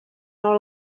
not